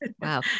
Wow